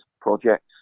projects